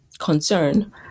concern